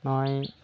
ᱱᱚᱜᱼᱚᱭ